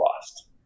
lost